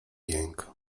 jęk